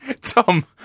Tom